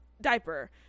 diaper